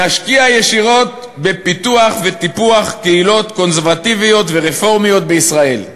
נשקיע ישירות בפיתוח וטיפוח קהילות קונסרבטיביות ורפורמיות בישראל.